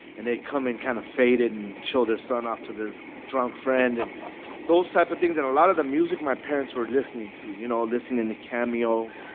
and they'd come in kind of faded and show their son off to their drunk friend and those types of things. and a lot of the music my parents were listening to, you know, listening to cameo,